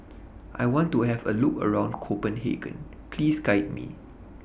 I want to Have A Look around Copenhagen Please Guide Me